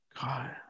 God